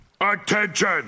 Attention